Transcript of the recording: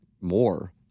more